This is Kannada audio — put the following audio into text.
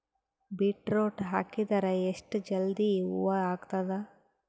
ಬೀಟರೊಟ ಹಾಕಿದರ ಎಷ್ಟ ಜಲ್ದಿ ಹೂವ ಆಗತದ?